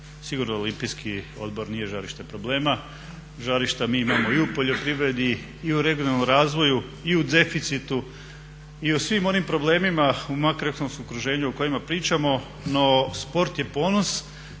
Sigurno Olimpijski odbor nije žarište problema, žarišta mi imamo i u poljoprivredi i u regionalnom razvoju i u deficitu i u svim onim problemima u makroekonomskom okruženju o kojima pričamo, no sport je ponos